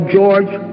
George